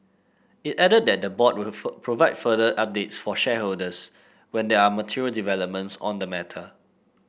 it added that the board will provide further updates for shareholders when there are material developments on the matter